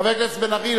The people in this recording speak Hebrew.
חבר הכנסת בן-ארי?